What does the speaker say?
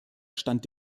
stand